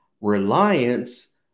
reliance